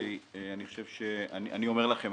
אני אומר לכם,